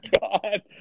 God